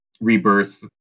rebirth